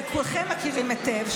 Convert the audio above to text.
וכולכם מכירים היטב,